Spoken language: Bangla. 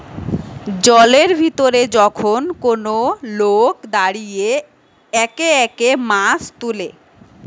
জলের ভিতরে যখন কোন লোক দাঁড়িয়ে একে একে মাছ তুলে